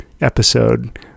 episode